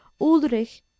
Ulrich